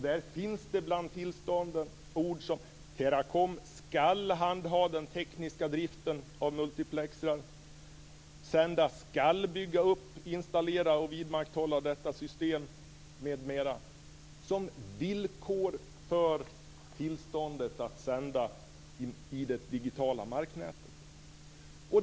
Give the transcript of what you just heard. Där finns det bland tillstånden ord som att Teracom skall handha den tekniska driften av multiplexering, att Senda skall bygga upp, installera och vidmakthålla detta system m.m. som villkor för tillståndet att sända i det digitala marknätet.